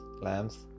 lamps